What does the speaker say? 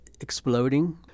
exploding